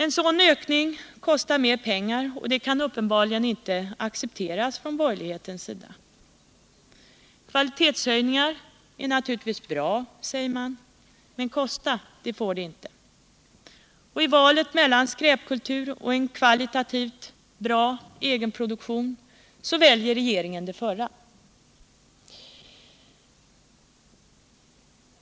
En sådan ökning kostar mer pengar, och det kan uppenbarligen inte accepteras från borgerlighetens sida. Kvalitetshöjningar är naturligtvis bra, säger man. Men kosta — det får de inte! I valet mellan skräpkultur och en kvalitativt bra egenproduktion väljer regeringen det förra.